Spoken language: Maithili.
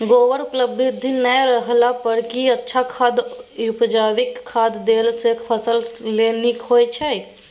गोबर उपलब्ध नय रहला पर की अच्छा खाद याषजैविक खाद देला सॅ फस ल नीक होय छै?